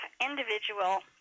individual